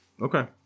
Okay